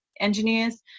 engineers